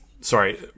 sorry